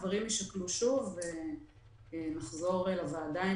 הדברים יישקלו שוב ונחזור לוועדה עם